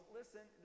listen